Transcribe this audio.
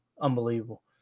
Unbelievable